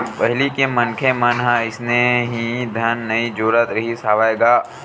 पहिली के मनखे मन ह अइसने ही धन नइ जोरत रिहिस हवय गा